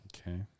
Okay